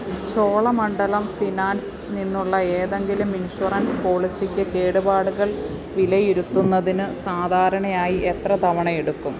Cholamandalam finance നിന്നുള്ള ഏതെങ്കിലും insurance പോളിസിക്ക് കേടുപാടുകൾ വിലയിരുത്തുന്നതിന് സാധാരണയായി എത്ര തവണ എടുക്കും